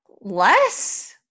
less